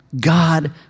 God